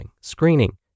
screening